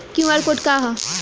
QR code का ह?